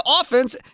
offense